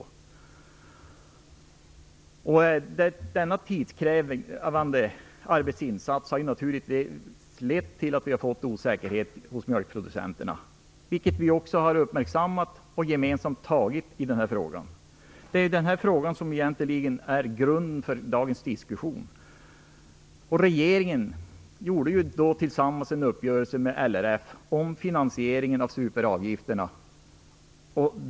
Denna tidskrävande arbetsinsats har naturligtvis lett till att vi har fått osäkerhet hos mjölkproducenterna, vilket vi också har uppmärksammat och gemensamt tagit tag i. Det är den här frågan som egentligen är grunden för dagens diskussion. Regeringen träffade en uppgörelse med LRF om finansieringen av superavgifterna.